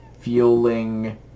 fueling